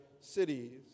cities